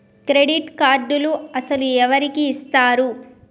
Credit కార్డులు అసలు ఎవరికి ఇస్తారు?